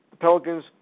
Pelicans